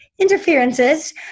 Interferences